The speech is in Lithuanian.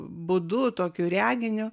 būdu tokiu reginiu